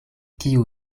kiu